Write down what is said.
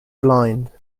blind